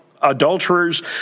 Adulterers